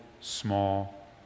small